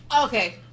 Okay